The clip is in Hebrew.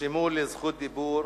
נרשמו לדיבור